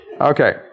Okay